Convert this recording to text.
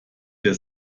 der